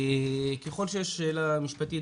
ככל שיש שאלה משפטית,